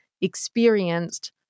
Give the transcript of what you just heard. experienced